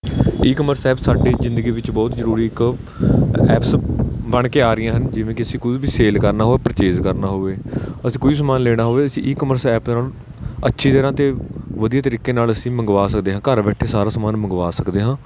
ecommerce app ਸਾਡੀ ਜ਼ਿੰਦਗੀ ਵਿੱਚ ਬਹੁਤ ਜ਼ਰੂਰੀ ਇੱਕ ਐਪਸ ਬਣ ਕੇ ਆ ਰਹੀਆਂ ਹਨ ਜਿਵੇਂ ਕਿ ਅਸੀਂ ਕੋਈ ਵੀ ਸੇਲ ਕਰਨਾ ਹੋਵੇ ਪਰਚੇਜ ਕਰਨਾ ਹੋਵੇ ਅਸੀਂ ਕੋਈ ਵੀ ਸਮਾਨ ਲੈਣਾ ਹੋਵੇ ਅਸੀਂ ਈਕਮਰਸ ਐਪ 'ਤੇ ਓਹਨਾਂ ਨੂੰ ਅੱਛੀ ਤਰ੍ਹਾਂ ਅਤੇ ਵਧੀਆ ਤਰੀਕੇ ਨਾਲ ਅਸੀਂ ਮੰਗਵਾ ਸਕਦੇ ਹਾਂ ਘਰ ਬੈਠੇ ਸਾਰਾ ਸਮਾਨ ਮੰਗਵਾ ਸਕਦੇ ਹਾਂ